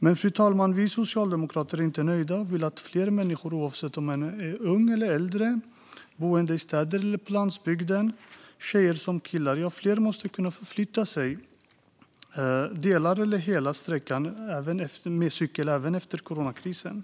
Men, fru talman, vi socialdemokrater är inte nöjda utan vill att fler människor - unga eller äldre, boende i städer eller på landsbygden, tjejer som killar - ska kunna förflytta sig delar eller hela sträckan med cykel även efter coronakrisen.